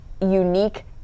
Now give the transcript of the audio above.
unique